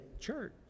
Church